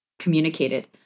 communicated